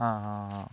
অঁ অঁ অঁ